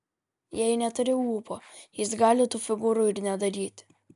jei neturi ūpo jis gali tų figūrų ir nedaryti